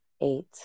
eight